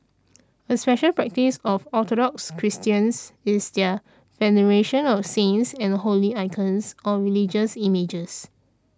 a special practice of Orthodox Christians is their veneration of saints and holy icons on religious images